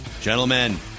gentlemen